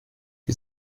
die